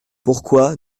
pourquoi